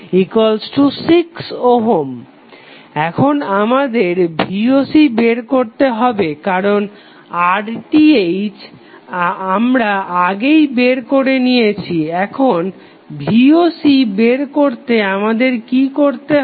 RTh1Vi06Ω এখন আমাদের voc বের করতে হবে কারণ RTh আমরা আগেই বের করে নিয়েছি এখন voc বের করতে আমাদের কি করতে হবে